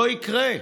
לא יקרה.